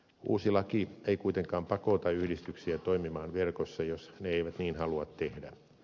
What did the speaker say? uusi laki ei kuitenkaan pakota yhdistyksiä toimimaan verkossa jos ne eivät niin halua tehdä